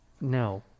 No